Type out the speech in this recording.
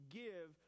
give